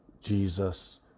Jesus